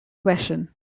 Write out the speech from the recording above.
question